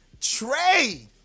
Trey